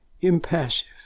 impassive